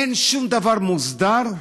אין שום דבר מוסדר,